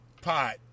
pot